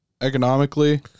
economically